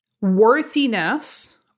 worthiness